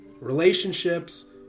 relationships